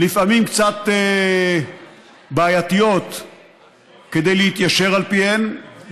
שלפעמים קצת בעייתי להתיישר על פיהן,